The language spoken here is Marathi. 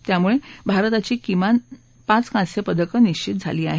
त्यामुळे भारताची किमान पाच कांस्यपदक निशित झाली आहेत